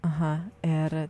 aha ir